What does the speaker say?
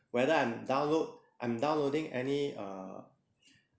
whether I'm download I'm downloading any uh